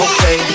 Okay